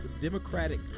Democratic